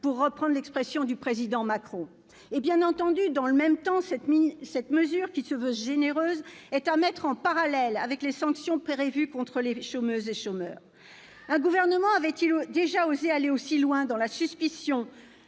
pour reprendre l'expression du président Macron. Dans le même temps, cette mesure, qui se veut généreuse, est à mettre en parallèle avec les sanctions prévues contre les chômeuses et chômeurs. Un gouvernement avait-il déjà osé aller aussi loin dans la suspicion